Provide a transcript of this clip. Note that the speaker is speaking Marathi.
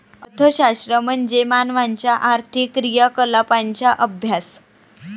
अर्थशास्त्र म्हणजे मानवाच्या आर्थिक क्रियाकलापांचा अभ्यास